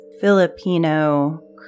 Filipino